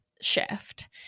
shift